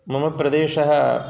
मम प्रदेशः